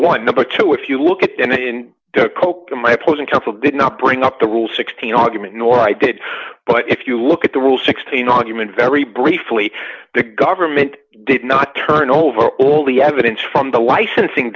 one number two if you look at copa my opposing counsel did not bring up the rule sixteen argument nor i did but if you look at the rule sixteen on human very briefly the government did not turn over all the evidence from the licensing